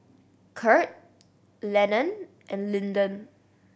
Kurt Lennon and Lyndon